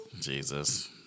Jesus